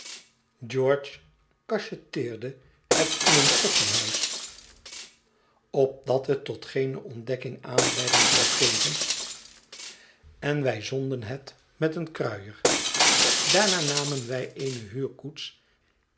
cachetteerde het in een koffiehuis opdat het tot grillet s schuilplaats geene ontdekking aanleiding zou geven en wij zonden het met een kruier daarna namen wij